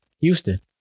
Houston